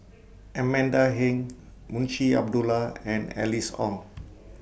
Amanda Heng Munshi Abdullah and Alice Ong